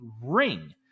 ring